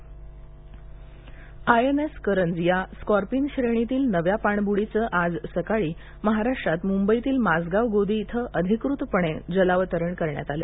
INS Karanj INS Karanj या Scorpene श्रेणीतील नव्या पाणबुडीचं आज सकाळी महाराष्ट्रात मुंबईतील माझगाव गोदी इथं अधिकृतपणे जलावतरण करण्यात आलं